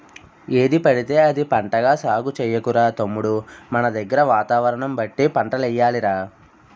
ఏదిపడితే అది పంటగా సాగు చెయ్యకురా తమ్ముడూ మనదగ్గర వాతావరణం బట్టి పంటలెయ్యాలి రా